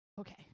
Okay